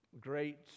great